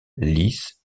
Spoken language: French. lisses